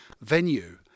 venue